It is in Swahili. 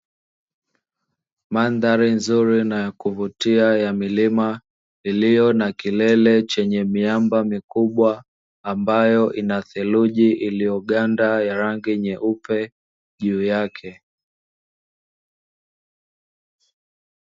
Mandhari nzuri na kuvutia ya milima iliyo na kilele chenye miamba mikubwa, ambayo inatheruji iliyoganda ya rangi nyeupe juu yake.